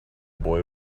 boy